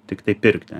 tiktai pirkti